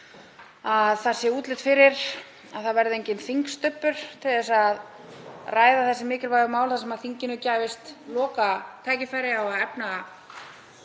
að það sé útlit fyrir að það verði enginn þingstubbur til að ræða þau mikilvægu mál, þar sem þinginu gæfist lokatækifæri til að efna